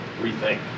rethink